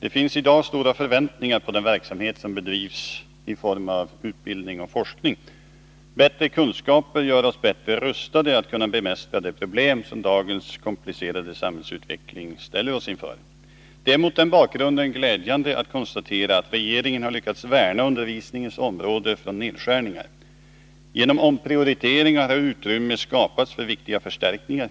Det finns i dag stora förväntningar på den verksamhet som bedrivs i form av utbildning och forskning. Bättre kunskaper gör oss bättre rustade att kunna bemästra de problem som dagens komplicerade samhälls utveckling ställer oss inför. Det är mot den bakgrunden glädjande att konstatera att regeringen har lyckats värna undervisningens område från nedskärningar. Genom omprioriteringar har utrymme skapats för viktiga förstärkningar.